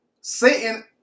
Satan